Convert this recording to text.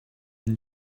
and